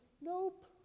Nope